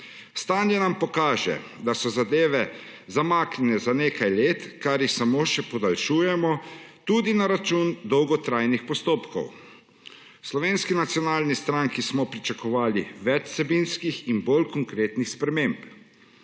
Stanje nam pokaže, da so zadeve zamaknjene za nekaj let, kar jih samo še podaljšujemo, tudi na račun dolgotrajnih postopkov. V Slovenski nacionalni stranki smo pričakovali več vsebinskih in bolj konkretnih sprememb.